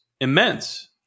immense